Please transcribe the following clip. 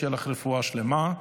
שתהיה לך רפואה שלמה,